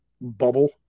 bubble